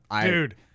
dude